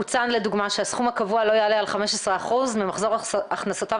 הוצע לדוגמה שהסכום הקבוע לא יעלה על 15% ממחזור הכנסותיו